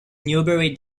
newberry